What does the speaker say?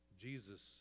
jesus